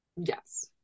Yes